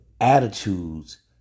attitudes